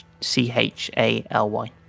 C-H-A-L-Y